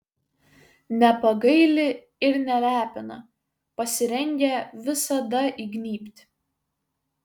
nepagaili ir nelepina pasirengę visada įgnybt